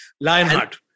Lionheart